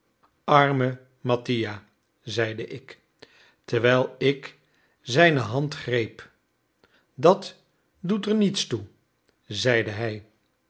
arme mattia zeide ik terwijl ik zijne hand greep dat doet er niets toe zeide hij